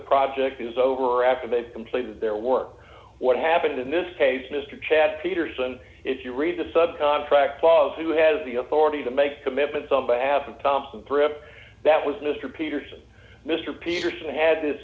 project is over after they've completed their work what happened in this case mr chad peterson if you read the sub contract laws who has the authority to make commitments on behalf of thompson thrip that was mr peterson mr peterson had this